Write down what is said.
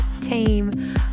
team